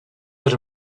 but